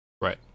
Right